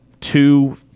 two –